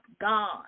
God